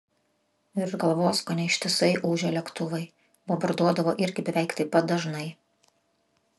virš galvos kone ištisai ūžė lėktuvai bombarduodavo irgi beveik taip pat dažnai